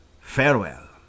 Farewell